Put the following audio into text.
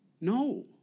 No